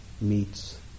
meets